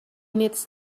needs